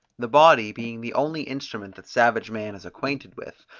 the body being the only instrument that savage man is acquainted with,